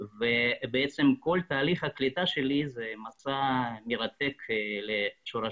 ובעצם כל תהליך הקליטה שלי הוא מסע מרתק לשורשים.